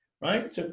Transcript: Right